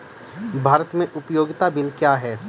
भारत में उपयोगिता बिल क्या हैं?